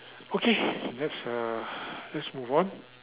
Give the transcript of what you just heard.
okay let's uh let's move on